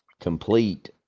complete